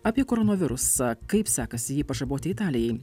apie koronavirusą kaip sekasi jį pažaboti italijai